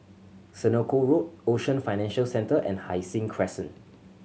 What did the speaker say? Senoko Road Ocean Financial Centre and Hai Sing Crescent